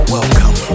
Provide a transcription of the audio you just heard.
Welcome